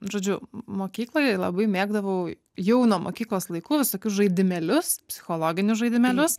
žodžiu mokykloje labai mėgdavau jau nuo mokyklos laikų visokius žaidimėlius psichologinius žaidimėlius